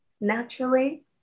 naturally